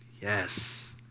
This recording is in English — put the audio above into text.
Yes